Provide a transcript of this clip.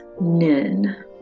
Nin